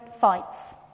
fights